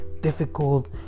difficult